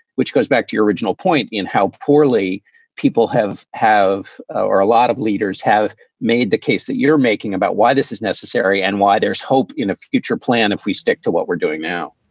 which goes back to your original point in how poorly people have have or a lot of leaders have made the case that you're making about why this is necessary and why there's hope in a future plan if we stick to what we're doing now